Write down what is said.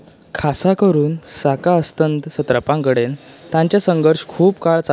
खासा करून साका अस्तंत सत्रपां कडेन तांचे संघर्श खूब काळ चालूच आशिल्ले